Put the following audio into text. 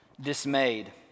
dismayed